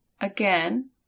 Again